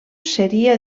seria